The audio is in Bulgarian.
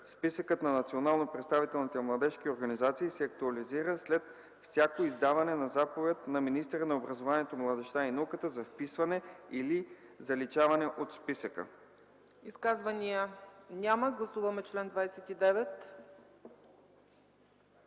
Списъкът на национално представителните младежки организации се актуализира след всяко издаване на заповед на министъра на образованието, младежта и науката за вписване или заличаване от списъка.” ПРЕДСЕДАТЕЛ ЦЕЦКА ЦАЧЕВА: Изказвания? Няма Гласуваме чл. 29.